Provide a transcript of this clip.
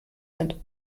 sind